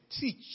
teach